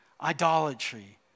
idolatry